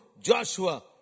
Joshua